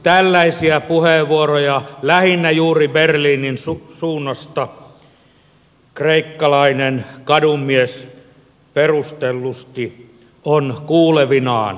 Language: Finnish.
tällaisia puheenvuoroja lähinnä juuri berliinin suunnasta kreikkalainen kadunmies perustellusti on kuulevinaan